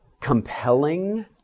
compelling